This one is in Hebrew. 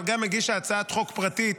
אבל גם הגישה הצעת חוק פרטית,